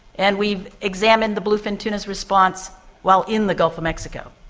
and we've examined the bluefin tuna's response while in the gulf of mexico.